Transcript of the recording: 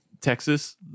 Texas